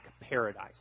paradise